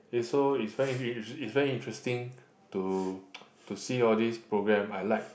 it's so it's very it's very interesting to to see all these program I like